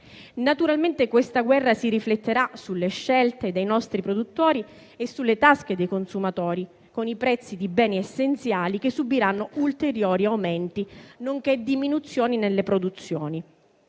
Naturalmente questa guerra si rifletterà sulle scelte dei nostri produttori e sulle tasche dei consumatori con i prezzi di beni essenziali che subiranno ulteriori aumenti nonché diminuzioni nelle produzioni.